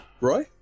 roy